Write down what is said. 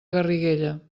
garriguella